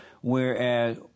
whereas